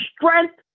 strength